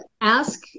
ask